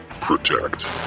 Protect